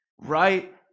right